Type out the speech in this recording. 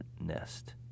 nest